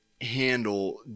handle